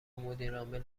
مدیرعامل